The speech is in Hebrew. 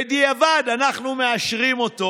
בדיעבד אנחנו מאשרים אותו,